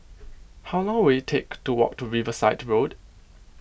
how long will it take to walk to Riverside Road